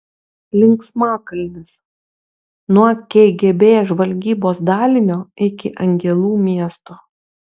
linksmakalnis nuo kgb žvalgybos dalinio iki angelų miesto